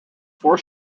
four